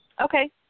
Okay